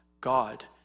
God